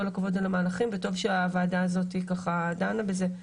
כל הכבוד על המהלכים וטוב שהוועדה הזאתי ככה דנה בזה,